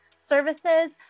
services